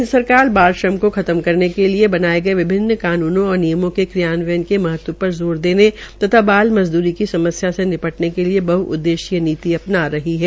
केन्द्र सरकार बाल श्रम को खत्म करेने के लिये बनाये गये विभिन्न कानूनों और नियमों के क्रियान्वयन के महत्व पर जोर देने तथा बाल मजदूरी की समस्या से निपटने के लिये बहउद्देशीय नीति अपना रही है